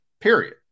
period